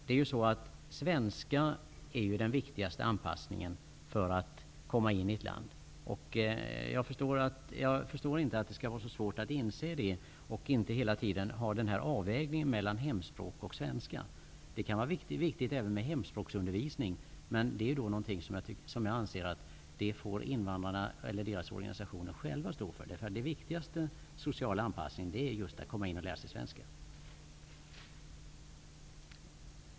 Att kunna språket är ju det viktigaste för att man skall kunna anpassa sig till ett land. Jag förstår inte att det skall vara så svårt att inse detta. I stället görs det hela tiden en avvägning mellan hemspråk och svenska. Det kan vara viktigt även med hemspråksundervisning, men det borde invandrarna och deras organisationer själva stå för. Det viktigaste för en social anpassning är just att lära sig svenska.